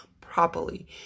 properly